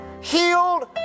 healed